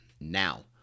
Now